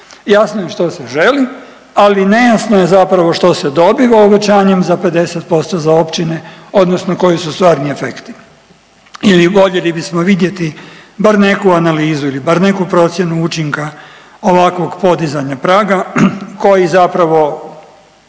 Jasno je što se želi, ali nejasno je zapravo što se dobiva uvećanjem za 50% za općine, odnosno koji su stvarni efekti. Ili voljeli bismo vidjeti bar neku analizu ili bar neku procjenu učinka ovakvog podizanja praga koji zapravo